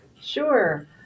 Sure